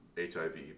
HIV